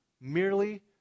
merely